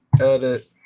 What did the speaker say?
edit